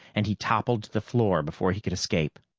and he toppled to the floor before he could escape.